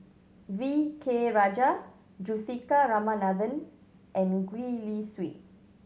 V K Rajah Juthika Ramanathan and Gwee Li Sui